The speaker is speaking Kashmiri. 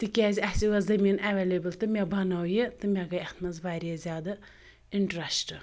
تِکیٛازِ اَسہِ ٲس زٔمیٖن اٮ۪ویلیبٕل تہٕ مےٚ بَنٲو یہِ تہٕ مےٚ گٔے اَتھ منٛز واریاہ زیادٕ اِنٹرٛسٹ